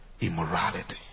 immorality